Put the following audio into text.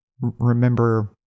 remember